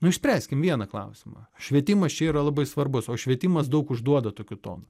nu išspręskim vieną klausimą švietimas čia yra labai svarbus o švietimas daug užduoda tokiu tonu